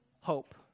hope